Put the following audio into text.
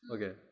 Okay